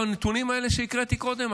בנתונים האלה שהקראתי קודם?